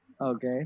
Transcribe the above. Okay